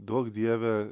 duok dieve